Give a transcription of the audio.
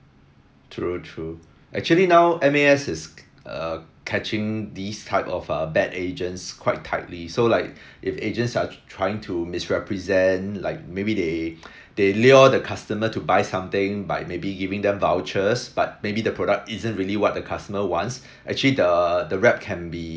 true true actually now M_A_S is uh catching these type of uh bad agents quite tightly so like if agents are trying to misrepresent like maybe they they lure the customer to buy something by maybe giving them vouchers but maybe the product isn't really what the customer wants actually the the rep can be